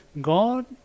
God